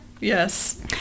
yes